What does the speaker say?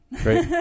Great